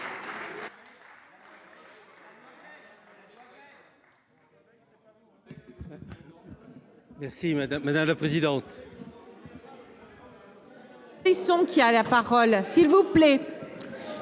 Merci madame la présidente,